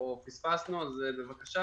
אני פתוח יחד עם כל פקידי הממשלה